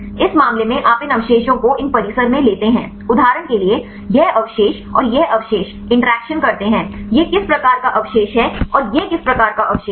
इस मामले में आप इन अवशेषों को इन परिसर में लेते हैं उदाहरण के लिए यह अवशेष और यह अवशेष इंटरैक्शन करते हैं यह किस प्रकार का अवशेष है और यह किस प्रकार का अवशेष है